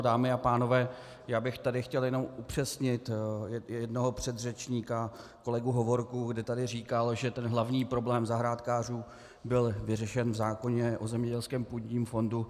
Dámy a pánové, chtěl bych tady jen upřesnit jednoho předřečníka, kolegu Hovorku, kde tady říkal, že ten hlavní problém zahrádkářů byl vyřešen v zákoně o zemědělském půdním fondu.